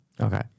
Okay